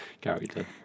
character